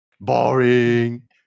Boring